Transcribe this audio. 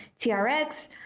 TRX